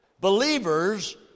believers